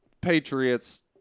Patriots